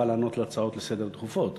שר לענות על הצעות דחופות לסדר-היום.